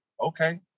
Okay